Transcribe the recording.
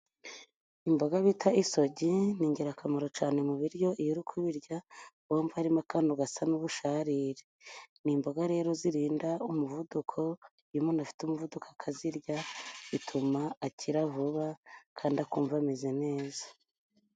Imboga bita isogi ni ingirakamaro cyane mu biryo, iyo uri kubirya Uba wumva harimo akantu gasa n'ubusharire. Ni imboga rero zirinda umuvuduko, iyo umuntu afite umuvuduko akazirya bituma akira vuba, kandi akumva ameze neza.